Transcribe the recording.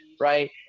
right